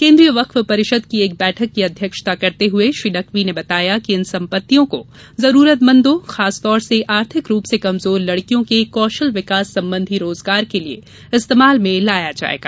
केंद्रीय वक्फ परिषद की एक बैठक की अध्यक्षता करते हुए श्री नकवी ने बताया कि इन संपत्तियों को जरूरतमंदों खासतौर से आर्थिक रूप से कमर्जार लड़कियों के कौशल विकास संबंधी रोजगार के लिए इस्तेमाल में लाया जाएगा